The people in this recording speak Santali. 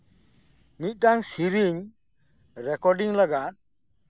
ᱢᱤᱫᱴᱟᱝ ᱥᱤᱨᱤᱧ ᱨᱮᱠᱚᱨᱰᱤᱝ ᱞᱟᱜᱟᱫ